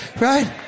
right